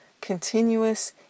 continuous